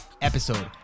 episode